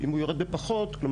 אם